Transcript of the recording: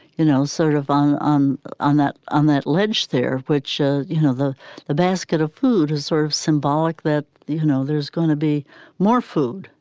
you know, sort of on on on that on that ledge there, which, ah you know, the the basket of food is sort of symbolic, that, you know, there's gonna be more food,